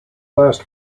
last